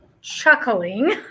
chuckling